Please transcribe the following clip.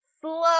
slow